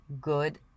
good